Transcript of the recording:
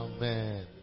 Amen